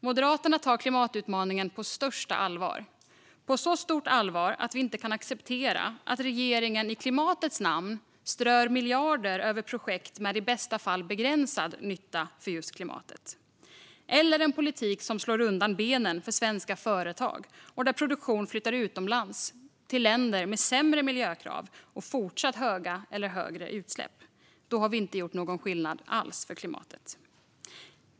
Moderaterna tar klimatutmaningen på största allvar, på så stort allvar att vi inte kan acceptera att regeringen i klimatets namn strör miljarder över projekt med i bästa fall begränsad nytta för just klimatet. Vi kan inte heller acceptera en politik som slår undan benen för svenska företag så att produktion flyttas utomlands till länder med sämre miljökrav och fortsatt höga eller högre utsläpp. Då har vi inte gjort någon skillnad alls för klimatet.